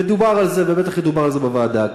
ודובר על זה ובטח ידובר על זה בוועדה,